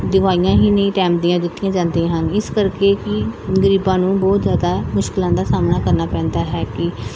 ਦਵਾਈਆਂ ਹੀ ਨਹੀਂ ਟਾਈਮ ਦੀਆਂ ਦਿੱਤੀਆਂ ਜਾਂਦੀਆਂ ਹਨ ਇਸ ਕਰਕੇ ਕਿ ਗਰੀਬਾਂ ਨੂੰ ਬਹੁਤ ਜ਼ਿਆਦਾ ਮੁਸ਼ਕਿਲਾਂ ਦਾ ਸਾਹਮਣਾ ਕਰਨਾ ਪੈਂਦਾ ਹੈ ਕਿ